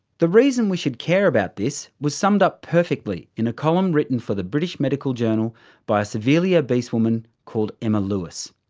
the reason we should care about this was summed up perfectly in a column written for the british medical journal by a severely obese women called emma lewis.